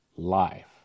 life